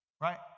Right